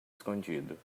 escondido